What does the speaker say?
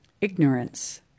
ignorance